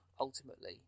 ultimately